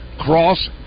Cross